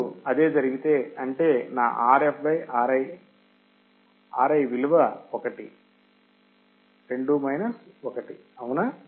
ఇప్పుడు అదే జరిగితే అంటే నా Rf Ri Ri విలువ 1 2 1 అవునా